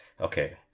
okay